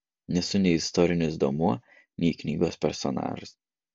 nesu nei istorinis duomuo nei knygos personažas